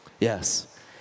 Yes